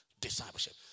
Discipleship